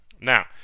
Now